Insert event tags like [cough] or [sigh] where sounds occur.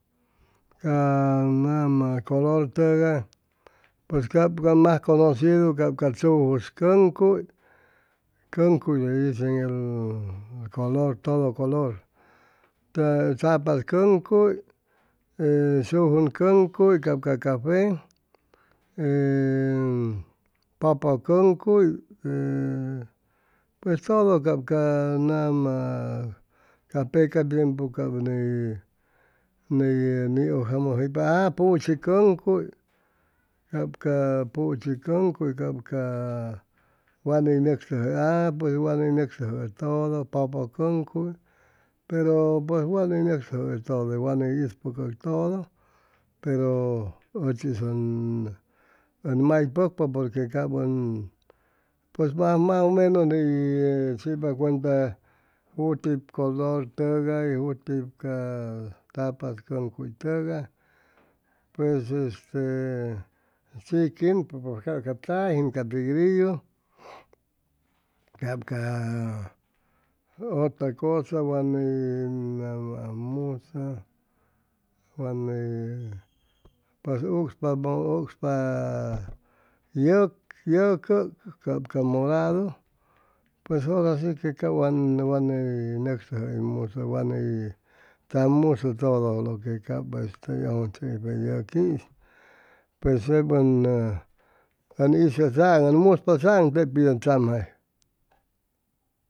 Ca nama color tʉgay pues cap ca mas conocido cap ca tzujus cʉŋcuy le dicen todo color ca tzapatz cʉŋuy sujuŋ cʉncuy cap ca cafe ee pʉpʉ cʉŋuy e pues todo cap ca nama ca peca tiempu cap ney ney niukjamʉjʉypa a puchi cʉŋcuy cap ca puchi cŋuy cap ca wa ni nʉctʉjʉaam puej wa ni nʉctʉjʉʉ todo pʉpʉ cʉŋcuy pero pues wat nʉctʉjʉʉ todo wa ni ispʉcʉ todo pero ʉchis ʉn ʉn maypʉcpa porque cap ʉn pues ms o menos ni chipa cuenta jutip color tʉgay jutip ca tzapatz cʉŋcuy tʉgay pues este chiquin pues cap ca tzajin ca tigrillo cap ca otra cosa wa ney nama ajmusʉ waney pues ucspa [hesitation] yʉcʉk cap ca moradu pues ora si que cap wan waney nʉctʉjʉʉmusʉ wa ney tzam'musʉ todo lo que cap hʉy ʉŋchegʉypa ye yʉqui'is pues tep ʉn hizʉ saŋ ʉn muspa saŋ tepid ʉn tzamjayʉ